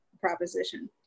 proposition